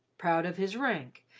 proud of his rank,